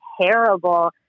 terrible